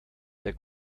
sehr